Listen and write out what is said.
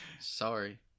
Sorry